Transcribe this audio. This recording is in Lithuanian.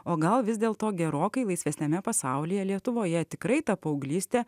o gal vis dėlto gerokai laisvesniame pasaulyje lietuvoje tikrai ta paauglystė